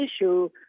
issue